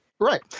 Right